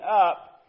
up